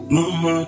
Mama